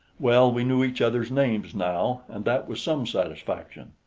well, we knew each other's names now, and that was some satisfaction.